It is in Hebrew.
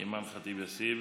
אימאן ח'טיב יאסין,